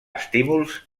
estímuls